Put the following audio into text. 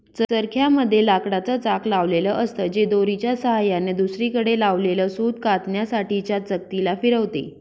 चरख्या मध्ये लाकडाच चाक लावलेल असत, जे दोरीच्या सहाय्याने दुसरीकडे लावलेल सूत कातण्यासाठी च्या चकती ला फिरवते